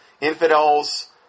Infidels